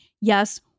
Yes